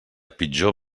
pitjor